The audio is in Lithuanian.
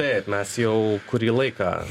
taip mes jau kurį laiką